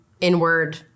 inward